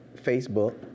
Facebook